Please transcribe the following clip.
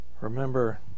remember